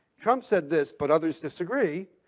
trump said this, but others disagree.